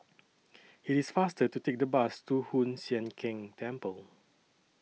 IT IS faster to Take The Bus to Hoon Sian Keng Temple